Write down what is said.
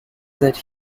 that